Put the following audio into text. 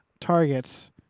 targets